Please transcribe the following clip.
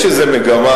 יש איזו מגמה,